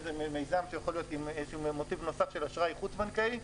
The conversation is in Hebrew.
שאם זה מיזם שיכול להיות עם מוטיב נוסף של אשראי חוץ בנקאי,